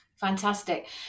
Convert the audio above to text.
Fantastic